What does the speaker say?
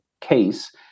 case